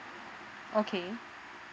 okay